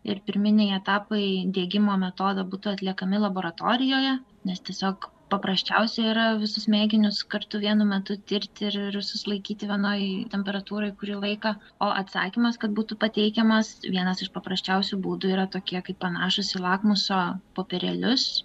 ir pirminiai etapai diegimo metodo būtų atliekami laboratorijoje nes tiesiog paprasčiausia yra visus mėginius kartu vienu metu tirti ir ir susilaikyti vienai temperatūrai kuri laiką o atsakymas kad būtų pateikiamas vienas iš paprasčiausių būdų yra tokie kaip panašūs į lakmuso popierėlius